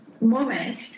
moment